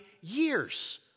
years